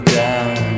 down